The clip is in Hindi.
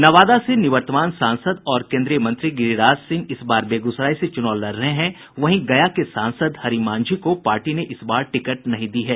नवादा से निवर्तमान सांसद और केंद्रीय मंत्री गिरिराज सिंह इस बार बेगूसराय से चुनाव लड़ रहे हैं वहीं गया के सांसद हरि मांझी को पार्टी ने इस बार टिकट नहीं दी है